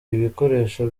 ibikoresho